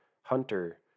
Hunter